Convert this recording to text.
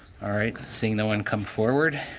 right. seeing no one come forward.